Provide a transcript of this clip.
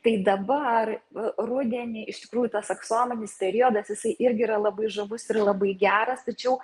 tai dabar rudenį iš tikrųjų tas aksominis periodas jisai irgi yra labai žavus ir labai geras tačiau